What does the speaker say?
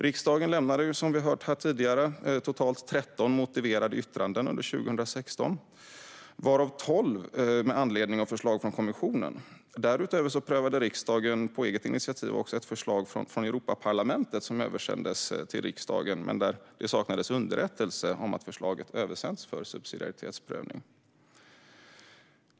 Riksdagen lämnade, som vi hörde tidigare, totalt 13 motiverade yttranden under 2016, varav tolv med anledning av förslag från kommissionen. Därutöver prövade riksdagen på eget initiativ ett förslag från Europaparlamentet som överlämnades till riksdagen men där det saknades en underrättelse om att förslaget översänts för subsidiaritetsprövning.